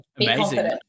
Amazing